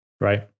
Right